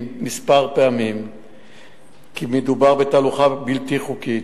כמה פעמים כי מדובר בתהלוכה בלתי חוקית.